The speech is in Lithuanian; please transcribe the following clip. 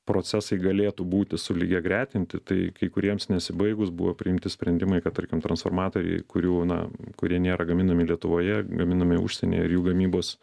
procesai galėtų būti sulygiagretinti tai kai kuriems nesibaigus buvo priimti sprendimai kad tarkim transformatoriai kurių na kurie nėra gaminami lietuvoje gaminami užsienyje ir jų gamybos